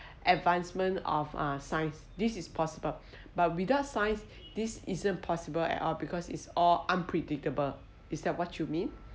advancement of uh science this is possible but without science this is impossible at all because it's all unpredictable is that what you mean